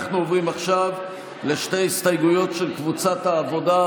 אנחנו עוברים עכשיו לשתי הסתייגויות של קבוצת העבודה.